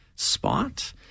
Spot